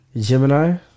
Gemini